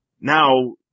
now